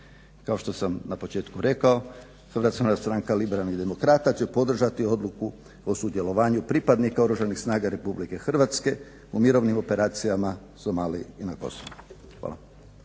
kao što sam na početku rekao Hrvatska narodna stranka liberalnih demokrata će podržati odluku o sudjelovanju pripadnika Oružanih snaga RH u mirovnim operacijama Somaliji i na Kosovu. Hvala.